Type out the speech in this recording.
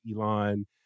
Elon